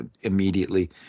immediately